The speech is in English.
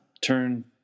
turn